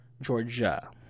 Georgia